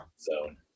zone